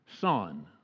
son